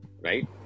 right